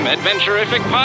Adventurific